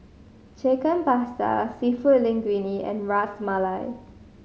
Chicken Pasta Seafood Linguine and Ras Malai